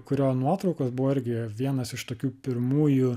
kurio nuotraukos buvo irgi vienas iš tokių pirmųjų